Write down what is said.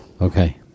Okay